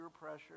pressure